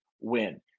win